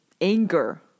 anger